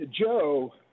Joe